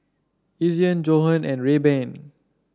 Ezion Johan and Rayban